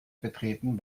betreten